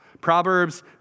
Proverbs